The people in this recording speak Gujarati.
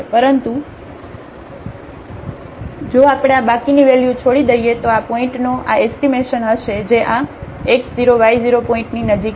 પરંતુ જો આપણે આ બાકીની વેલ્યુ છોડી દઇએ તો આ આ પોઇન્ટનો આ એસ્ટીમેશન હશે જે આ x 0 y 0 પોઇન્ટની નજીકમાં છે